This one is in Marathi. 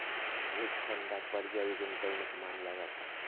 हेज फंडांक पर्यायी गुंतवणूक मानला जाता